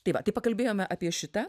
tai va taip pakalbėjome apie šitą